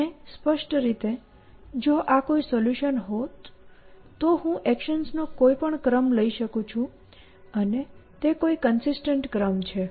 અને સ્પષ્ટ રીતે જો આ કોઈ સોલ્યુશન હોત તો હું એક્શન્સનો કોઈપણ ક્રમ લઈ શકું છું અને તે કોઈ કન્સિસ્ટન્ટ ક્રમ છે